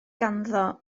ganddo